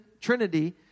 trinity